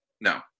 no